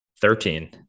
thirteen